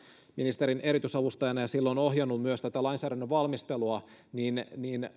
ministerin erityisavustajana ja silloin ohjannut myös tätä lainsäädännön valmistelua niin